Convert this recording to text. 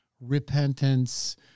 repentance